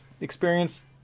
experience